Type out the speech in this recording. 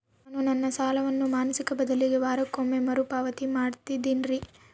ನಾನು ನನ್ನ ಸಾಲವನ್ನು ಮಾಸಿಕ ಬದಲಿಗೆ ವಾರಕ್ಕೊಮ್ಮೆ ಮರುಪಾವತಿ ಮಾಡ್ತಿನ್ರಿ